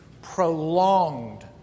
prolonged